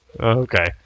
Okay